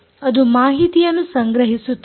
ಅದು ಮಾಹಿತಿಯನ್ನು ಸಂಗ್ರಹಿಸುತ್ತದೆ